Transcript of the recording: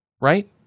right